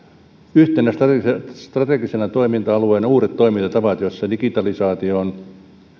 yhtenä strategisena toiminta alueena uudet toimintatavat joissa digitalisaatio on